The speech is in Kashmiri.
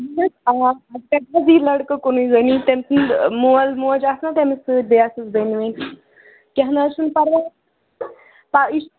اَہَن حظ آ وۅنۍ کَتہِ حظ یِیہِ لڑکہٕ کُنُے زٔنی یِم تٔمۍ سٕنٛدۍ مول موج آسہٕ نا تٔمِس سۭتۍ بیٚیہِ آسٮ۪س بٮ۪نہِ وٮ۪نہِ کیٚنٛہہ نہَ حظ چھُنہٕ پَرواے یہِ چھُ